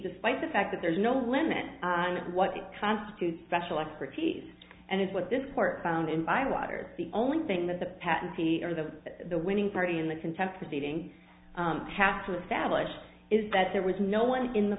despite the fact that there is no limit on what constitutes special expertise and is what this court found in my waters the only thing that the patentee or the the winning party in the contempt proceeding have to establish is that there was no one in the